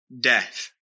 death